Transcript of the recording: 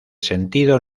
sentido